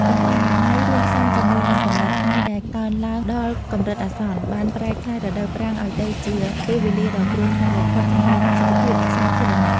កង្វះអនាម័យរួមផ្សំជាមួយនឹងកម្ដៅថ្ងៃដែលកើនឡើងដល់កម្រិតអាសន្ន បានប្រែក្លាយរដូវប្រាំងឱ្យទៅជាពេលវេលាដ៏គ្រោះថ្នាក់បំផុតសម្រាប់សុខភាពសាធារណៈ។